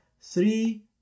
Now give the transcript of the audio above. three